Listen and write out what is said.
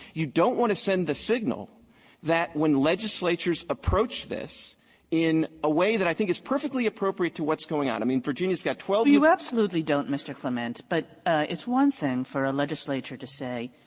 you don't want to send the signal that when legislatures approach this in a way that i think is perfectly appropriate to what's going on. i mean, virginia's got twelve kagan you absolutely don't, mr. clement. but it's one thing for a legislature to say,